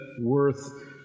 worth